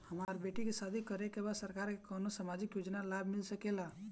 हमर बेटी के शादी करे के बा सरकार के कवन सामाजिक योजना से लाभ मिल सके ला?